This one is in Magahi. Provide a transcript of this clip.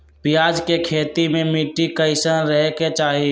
प्याज के खेती मे मिट्टी कैसन रहे के चाही?